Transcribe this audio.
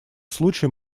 случае